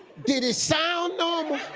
did it sound um